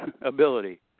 Ability